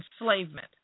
enslavement